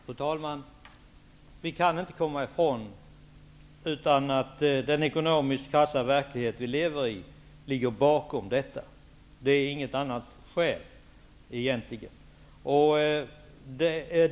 Fru talman! Vi kan inte komma ifrån den krassa ekonomiska verklighet vi lever i. Det är den som ligger bakom detta. Det finns inget annat skäl.